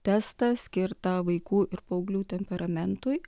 testą skirtą vaikų ir paauglių temperamentui